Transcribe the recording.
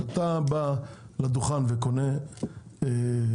לא משנה, אבל כשאתה בא לדוכן וקונה משהו,